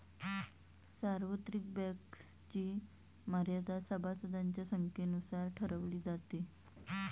सार्वत्रिक बँक्सची मर्यादा सभासदांच्या संख्येनुसार ठरवली जाते